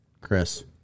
Chris